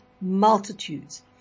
multitudes